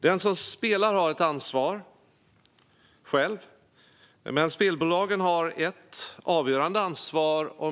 Den som spelar har själv ett ansvar, men spelbolagen har ett avgörande ansvar.